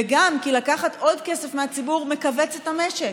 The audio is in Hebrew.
וגם כי לקחת עוד כסף מהציבור מכווץ את המשק.